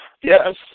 Yes